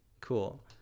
Cool